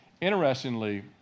Interestingly